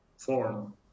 form